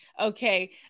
okay